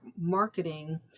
marketing